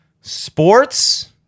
sports